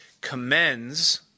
commends